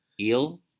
Eel